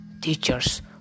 teachers